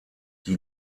die